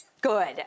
good